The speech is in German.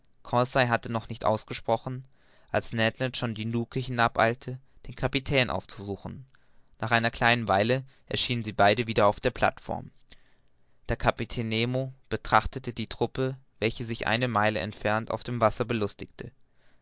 hatte noch nicht ausgesprochen als ned land schon die lucke hinab eilte den kapitän aufzusuchen nach einer kleinen weile erschienen sie beide wieder auf der plateform der kapitän nemo betrachtete die truppe welche sich eine meile entfernt auf dem wasser belustigte